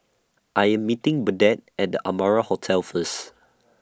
I Am meeting Burdette At The Amara Hotel First